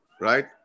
Right